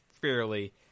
fairly